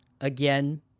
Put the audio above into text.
Again